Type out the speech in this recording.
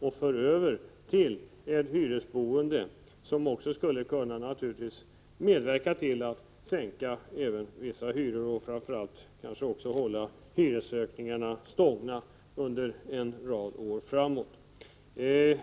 borde föras över till hyreshusboendet, och det skulle naturligtvis kunna medverka till att hyrorna kunde sänkas eller åtminstone till att hyreshöjningar kunde undvikas under ett antal år framöver.